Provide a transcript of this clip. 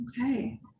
Okay